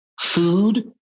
food